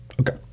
Okay